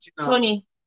tony